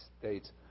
States